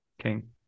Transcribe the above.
king